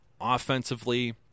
offensively